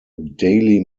daily